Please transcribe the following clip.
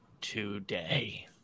today